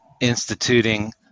instituting